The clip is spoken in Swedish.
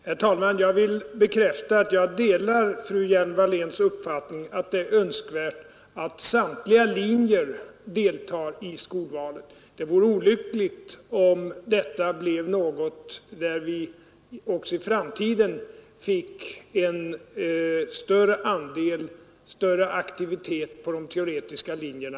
Herr talman! Jag vill bekräfta att jag delar fru Hjelm-Walléns uppfattning att det är önskvärt att samtliga linjer deltar i skolvalet. Det vore olyckligt om det vid skolvalen också i framtiden skulle bli en skillnad i aktivitet mellan de linjerna.